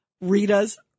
Rita's